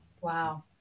Wow